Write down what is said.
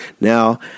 now